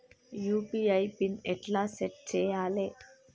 UPI PIN ఎట్లా set చేయాలే?